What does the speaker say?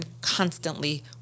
constantly